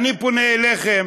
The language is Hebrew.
אני פונה אליכם